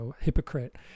hypocrite